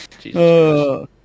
Jesus